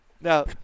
Now